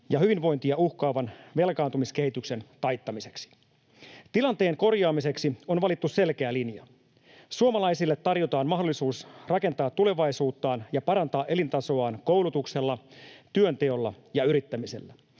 ja hyvinvointia uhkaavan velkaantumiskehityksen taittamiseksi. Tilanteen korjaamiseksi on valittu selkeä linja. Suomalaisille tarjotaan mahdollisuus rakentaa tulevaisuuttaan ja parantaa elintasoaan koulutuksella, työnteolla ja yrittämisellä.